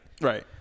Right